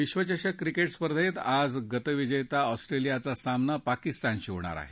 विश्वचषक क्रिकेट स्पर्धेत आज गतविजेता ऑस्ट्रेलियाचा सामना पाकिस्तानशी होणार आहे